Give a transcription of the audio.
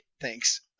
Thanks